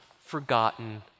forgotten